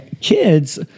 kids